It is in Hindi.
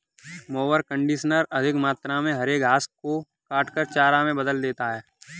मोअर कन्डिशनर अधिक मात्रा में हरे घास को काटकर चारा में बदल देता है